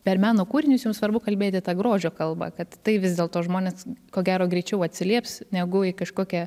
per meno kūrinius jums svarbu kalbėti ta grožio kalba kad tai vis dėlto žmonės ko gero greičiau atsilieps negu į kažkokią